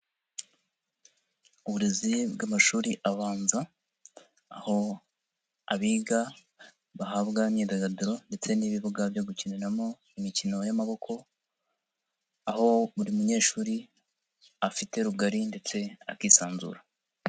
Uburezi bw'amashuri abanza, aho abiga bahabwa imyidagaduro ndetse n'ibibuga byo gukiniramo imikino y'amaboko, aho buri munyeshuri afite rugari ndetse akisanzura.